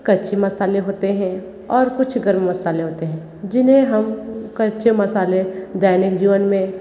कच्चे मसाले होतें हैं और कुछ गर्म मसाले होतें हैं जिन्हें हम कच्चे मसाले दैनिक जीवन में